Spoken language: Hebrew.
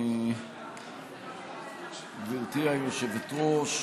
גברתי היושבת-ראש,